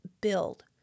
build